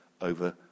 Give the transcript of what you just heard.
over